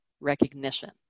recognition